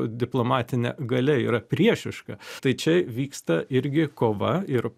diplomatine galia yra priešiška tai čia vyksta irgi kova ir